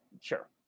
sure